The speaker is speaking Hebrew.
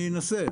אני אנסה.